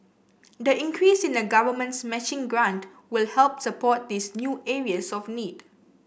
the increase in the Government's matching grant will help support these new areas of need